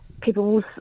people